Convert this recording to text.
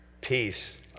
peace